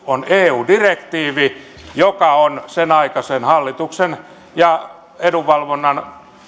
on eu direktiivi joka on senaikaisen hallituksen ja edunvalvonnan